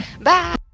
Bye